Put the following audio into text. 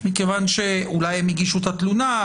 מכיוון שאולי הם הגישו את התלונה,